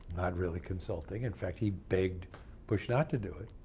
not really consulting. in fact, he begged bush not to do it.